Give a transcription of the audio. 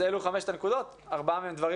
אז אלה חמשת הנקודות ארבעה מהם דברים